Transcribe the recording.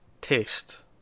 Taste